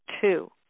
two